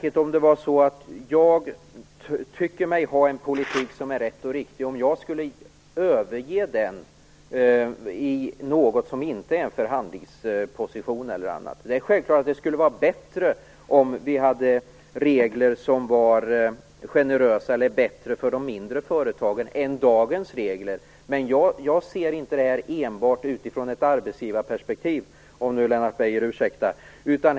Fru talman! Jag tycker mig förespråka en politik som är rätt och riktig. Det vore märkligt om jag skulle överge den utan att befinna mig i en förhandlingsposition eller annat. Det vore självfallet bättre om det fanns regler som var generösare för de mindre företagen än dagens regler. Men jag ser inte detta enbart utifrån ett arbetsgivarperspektiv, om Lennart Beijer ursäktar.